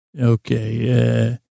Okay